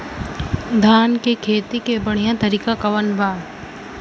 धान के खेती के बढ़ियां तरीका कवन बा?